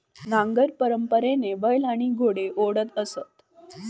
नांगर परंपरेने बैल आणि घोडे ओढत असत